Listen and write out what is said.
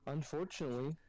Unfortunately